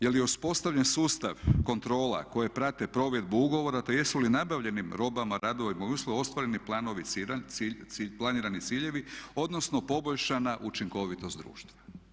Je li uspostavljen sustav kontrola koje prate provedbu ugovora te jesu li nabavljenim robama, radovima i uslugama ostvareni planirani ciljevi odnosno poboljšana učinkovitost društva.